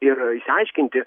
ir išsiaiškinti